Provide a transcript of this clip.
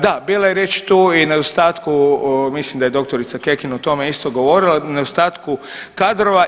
Da, bila je riječ tu i o nedostatku, mislim da je doktorica Kekin o tome isto govorila, nedostatku kadrova.